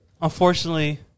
Unfortunately